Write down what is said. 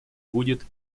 будет